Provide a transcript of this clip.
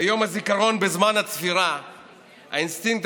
ביום הזיכרון בזמן הצפירה האינסטינקט